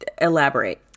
elaborate